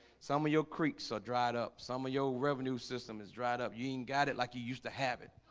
some of your creeks are dried up some of your revenue system is dried up you ain't got it like you used to have it